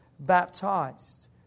baptized